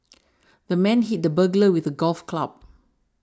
the man hit the burglar with a golf club